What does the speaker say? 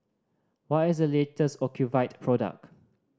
what is the latest Ocuvite product